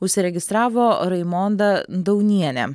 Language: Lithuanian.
užsiregistravo raimonda daunienė